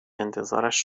انتظارش